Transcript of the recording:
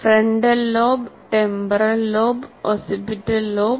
frontal lobe temporal lobe occipital lobe